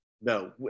No